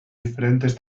diferentes